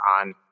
on